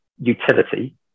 utility